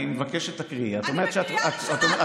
קריאה ראשונה לחברת